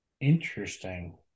Interesting